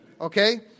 okay